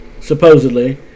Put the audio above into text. supposedly